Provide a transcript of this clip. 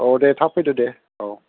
औ दे थाब फैदो दे औ